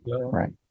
right